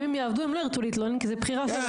אם הם יעבדו הם לא ירצו להתלונן כי זו בחירה שלהם.